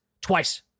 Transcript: Twice